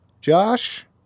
Josh